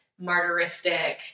martyristic